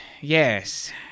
yes